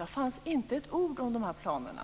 I fanns inte ett ord om de här planerna.